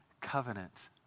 covenant